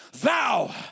Thou